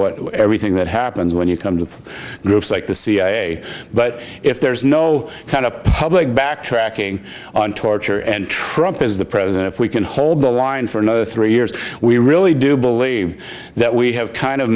what everything that happens when you come to groups like the cia but if there's no kind of public backtracking on torture and trump is the president if we can hold the line for three years we really do believe that we have kind of